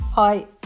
Hi